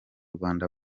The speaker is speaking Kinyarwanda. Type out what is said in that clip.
rwanda